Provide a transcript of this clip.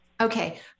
Okay